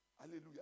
Hallelujah